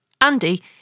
Andy